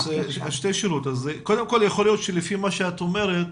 לפי מה שאת אומרת,